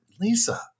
Lisa